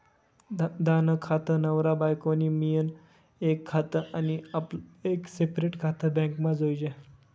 धंदा नं खातं, नवरा बायको नं मियीन एक खातं आनी आपलं एक सेपरेट खातं बॅकमा जोयजे